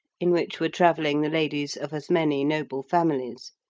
in which were travelling the ladies of as many noble families.